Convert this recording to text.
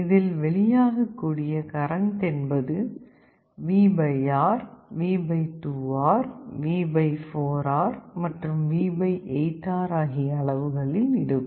இதில் வெளியாகக் கூடிய கரண்ட் என்பது V R V 2R V 4R மற்றும் V 8 R ஆகிய அளவுகளில் இருக்கும்